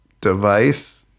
device